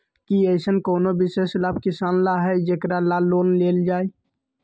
कि अईसन कोनो विशेष लाभ किसान ला हई जेकरा ला लोन लेल जाए?